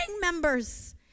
members